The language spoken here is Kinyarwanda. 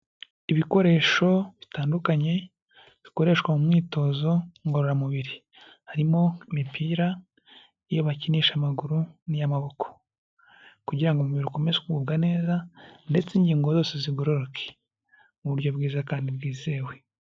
Ibikoresho bitandukanye bikoreshwa mu myitozo ngororamubiri, harimo imipira yo bakinisha amaguru n'iy'amaboko, kugira ngo umubiri ukomeze kugubwa neza ndetse ingingo zose zigororoke mu buryo bwiza kandi bwizewe.